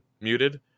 muted